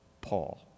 Paul